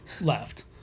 left